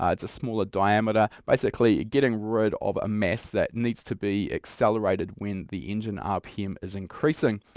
um it's a smaller diameter, basically getting rid of a mass that needs to be accelerated when the engine rpm is increasing.